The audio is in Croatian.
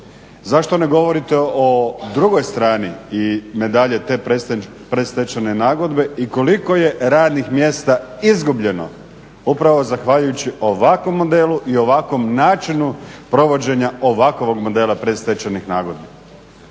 zašto ne govorite o drugoj strani medalje te predstečajne nagodbe i koliko je radnih mjesta izgubljeno upravo zahvaljujući ovakvom modelu i ovakvom načinu provođenja ovakvog modela predstečajnih nagodbi?